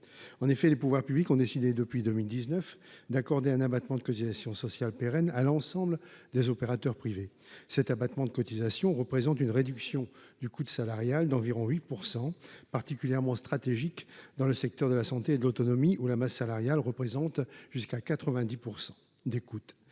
En effet, les pouvoirs publics ont décidé depuis 2019 d'accorder un abattement de cotisations sociales pérennes à l'ensemble des opérateurs privés. Cet abattement de cotisations représentent une réduction du coût de salariale d'environ 8% particulièrement stratégique dans le secteur de la santé et de l'autonomie ou la masse salariale représente jusqu'à 90% d'écoute